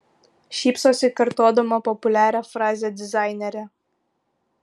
šypsosi kartodama populiarią frazę dizainerė